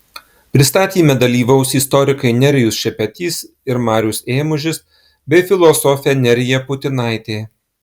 pristatyme dalyvaus istorikai nerijus šepetys ir marius ėmužis bei filosofė nerija putinaitė